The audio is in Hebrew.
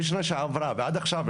משנה שעברה ועד עכשיו,